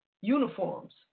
uniforms